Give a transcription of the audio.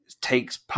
takes